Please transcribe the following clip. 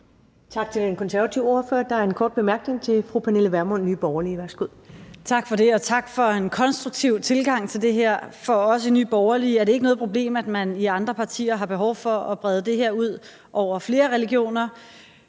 Tak til den konservative ordfører. Der er en kort bemærkning fra fru Pernille Vermund, Nye Borgerlige. Værsgo. Kl. 16:34 Pernille Vermund (NB): Tak for det, og tak for en konstruktiv tilgang til det her. For os i Nye Borgerlige er det ikke noget problem, at man i andre partier har behov for at brede det her ud over flere religioner.